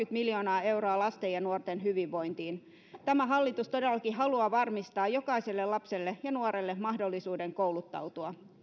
miljoonaa euroa lasten ja nuorten hyvinvointiin tämä hallitus todellakin haluaa varmistaa jokaiselle lapselle ja nuorelle mahdollisuuden kouluttautua